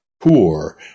poor